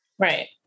Right